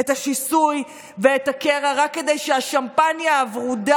את השיסוי ואת הקרע רק כדי שהשמפניה הוורודה